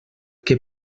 què